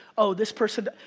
oh this person.